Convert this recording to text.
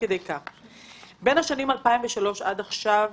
בין השנים 2003 עד עכשיו,